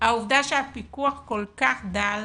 העובדה שהפיקוח כל כך דל